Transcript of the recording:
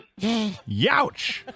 Youch